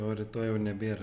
o rytoj jau nebėra